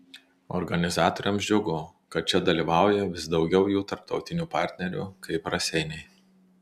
organizatoriams džiugu kad čia dalyvauja vis daugiau jų tarptautinių partnerių kaip raseiniai